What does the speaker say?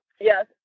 yes